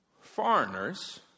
foreigners